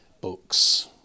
books